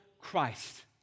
Christ